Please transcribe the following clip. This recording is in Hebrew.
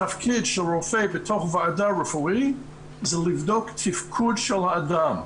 התפקיד של רופא בתוך ועדה רפואית זה לבדוק תפקוד של האדם.